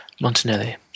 Montanelli